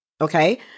Okay